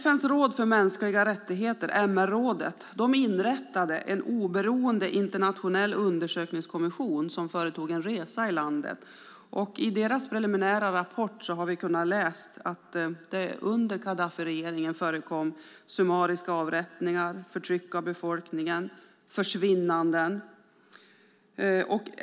FN:s råd för mänskliga rättigheter, MR-rådet, inrättade en oberoende internationell undersökningskommission som företog en resa i landet, och i deras preliminära rapport har vi kunnat läsa att det under Gaddafiregeringen förekom summariska avrättningar, förtryck av befolkningen och försvinnanden.